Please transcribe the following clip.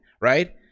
right